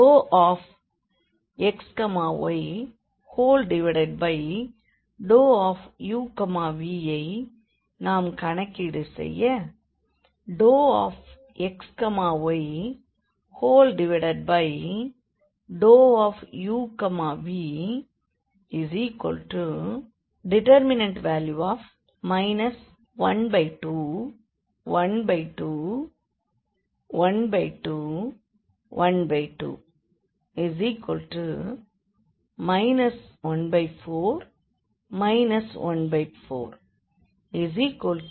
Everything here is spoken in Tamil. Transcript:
இங்கு xyuv ஐ நாம் கணக்கீடு செய்ய xyuv 12 12 12 12 14 14 12